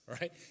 right